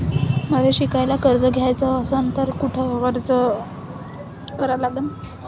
मले शिकायले कर्ज घ्याच असन तर कुठ अर्ज करा लागन?